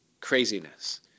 craziness